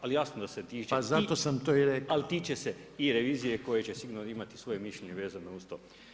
Ali jasno da se tiče, ali tiče se i revizije koja će sigurno imati svoje mišljenje vezano uz to.